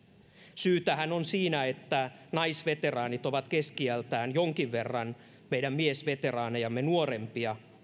syy tähän on siinä että naisveteraanit ovat keski iältään jonkin verran meidän miesveteraanejamme nuorempia